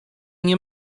nie